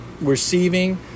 receiving